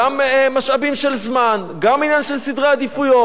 גם משאבים של זמן, גם עניין של סדרי עדיפויות.